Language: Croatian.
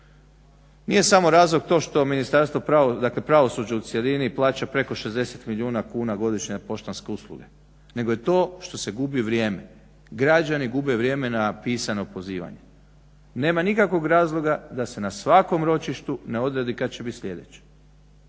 pravosuđa, dakle pravosuđe u cjelini plaća preko 60 milijuna kuna godišnje poštanske usluge, nego je to što se gubi vrijeme. Građani gube vrijeme na pisano pozivanje. Nema nikakvog razloga da se na svakom ročištu ne odredi kad će bit sljedeće.